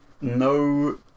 No